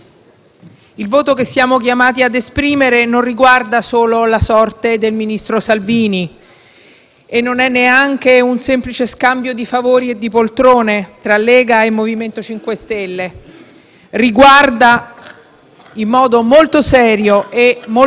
e non è neanche un semplice scambio di favori e di poltrone tra Lega e MoVimento 5 Stelle: riguarda in modo molto serio e molto drammatico la tenuta delle garanzie democratiche previste dalla nostra Carta costituzionale.